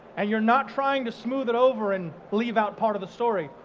and you're not trying to smooth it over and leave out part of the story.